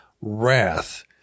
wrath